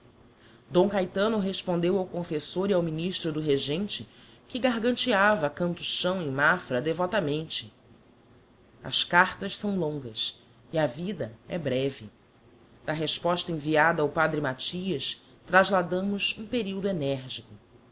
d caetano respondeu ao confessor e ao ministro do regente que garganteava canto chão em mafra devotamente as cartas são longas e a vida é breve da resposta enviada ao padre mathias trasladamos um periodo energico